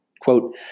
Quote